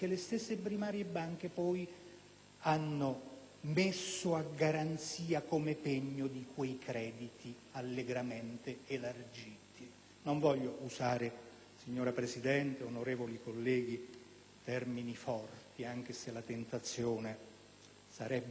hanno poi messo a garanzia come pegno di quei crediti allegramente elargiti. Non voglio usare, signora Presidente, onorevoli colleghi, termini forti anche se la tentazione sarebbe quella di utilizzarli;